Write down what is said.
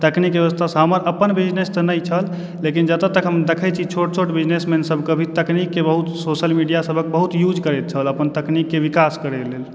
तकनीकीकऽ व्यवस्थासँ हमर अपन बिजनेस तऽ नहि छल लेकिन जतय तक हम देखैत छी छोट छोट बिजनेसमेसभकऽ भी तकनीककऽ बहुत सोशल मीडियासभके बहुत यूज करैत छल अपन तकनीककऽ विकास करऽ लेल